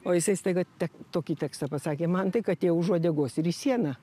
o jisai staiga tek tokį tekstą pasakė mantai kad tie už uodegos ir į sieną